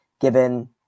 given